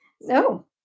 No